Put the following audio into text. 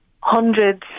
hundreds